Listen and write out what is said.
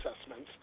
assessments